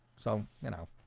so, you know